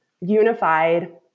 unified